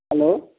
hello